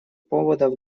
поводов